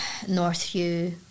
Northview